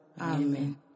Amen